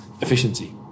efficiency